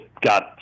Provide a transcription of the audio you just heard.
got